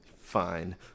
Fine